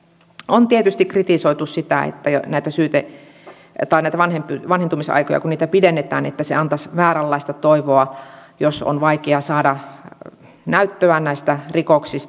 on tietysti kritisoitu sitä että kun näitä vanhentumisaikoja pidennetään se antaisi vääränlaista toivoa jos on vaikea saada näyttöä näistä rikoksista